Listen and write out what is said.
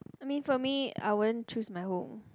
I mean for me I won't choose my home